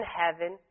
heaven